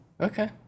Okay